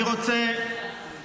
אני רוצה